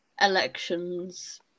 elections